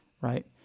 right